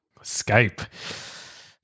Skype